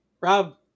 rob